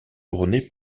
couronnée